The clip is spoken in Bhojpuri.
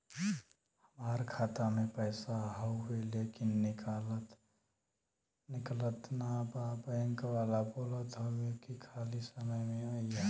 हमार खाता में पैसा हवुवे लेकिन निकलत ना बा बैंक वाला बोलत हऊवे की खाली समय में अईहा